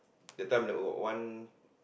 that time they got one